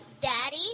Daddy